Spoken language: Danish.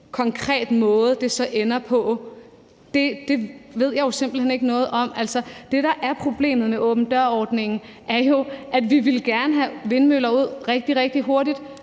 konkret måde det så ender på, ved jeg jo simpelt hen ikke noget om. Altså, det, der er problemet med åben dør-ordningen, er jo, at vi gerne ville have vindmøller ud rigtig, rigtig hurtigt,